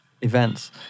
events